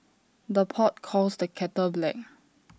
the pot calls the kettle black